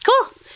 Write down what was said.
Cool